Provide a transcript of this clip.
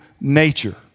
nature